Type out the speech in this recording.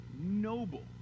noble